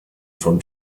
from